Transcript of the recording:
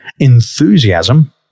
enthusiasm